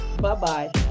Bye-bye